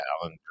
Alan